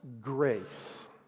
grace